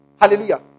Hallelujah